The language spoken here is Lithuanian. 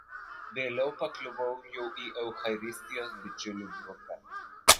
vėliau pakliuvau jau į eucharistijos bičiulių grupę